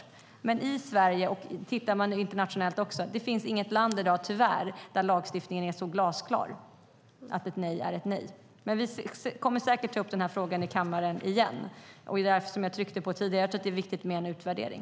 Så är det i Sverige, och även om man tittar internationellt ser man att det i dag tyvärr inte finns något land där lagstiftningen är så glasklar att ett nej är ett nej. Men vi kommer säkert att ta upp frågan i kammaren igen, och som jag tryckte på tidigare tror jag att det är viktigt med en utvärdering.